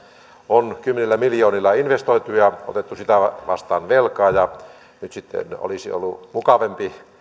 on kymmenillä miljoonilla investoitu ja otettu sitä vastaan velkaa ja nyt sitten olisi ollut mukavampi